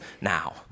now